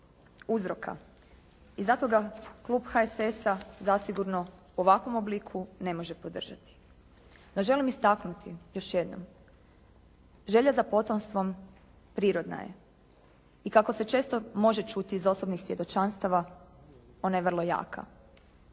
I zato ga klub HSS-a zasigurno u ovakvom obliku ne može podržati. No, želim istaknuti još jednom, želja za potomstvom prirodna je i kako se često može čuti iz osobnih svjedočanstava ona je vrlo jaka.